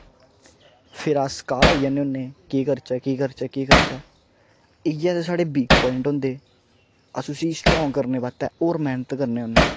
फिर अस काहले आई जन्ने होन्ने केह् करचै केह् करचै इ'यै ते साढ़े वीक पवाइंट होंदे अस उसी स्ट्रांग करने बास्तै होर मैहनत करने होन्ने